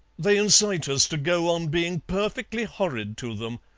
they incite us to go on being perfectly horrid to them.